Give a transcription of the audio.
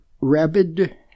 rabid